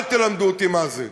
אל תלמדו אותי מה זה.